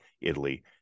italy